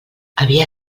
havia